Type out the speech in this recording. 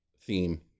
theme